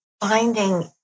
finding